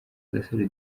agasaro